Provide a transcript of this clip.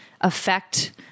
affect